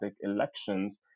elections